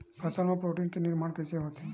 फसल मा प्रोटीन के निर्माण कइसे होथे?